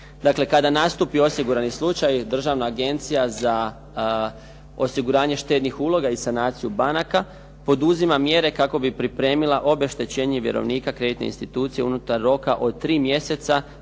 dakle kada nastupi osigurani slučaj, Državna agencija za osiguranje štednih uloga i sanaciju banaka poduzima mjere kako bi pripremila obeštećenje vjerovnika kreditne institucije unutar roka od tri mjeseca